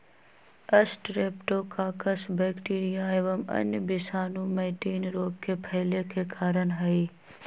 streptococcus bacteria एवं अन्य विषाणु मैटिन रोग के फैले के कारण हई